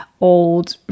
old